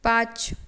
पाँच